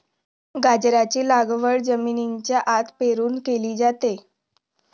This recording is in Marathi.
गाजराची लागवड जमिनीच्या आत पेरून केली जाते